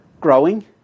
growing